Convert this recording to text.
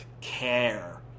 care